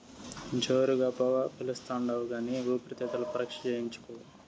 జోరుగా పొగ పిలిస్తాండావు కానీ ఊపిరితిత్తుల పరీక్ష చేయించుకో